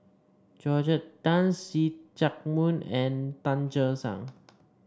Georgette Tan See Chak Mun and Tan Che Sang